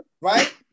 right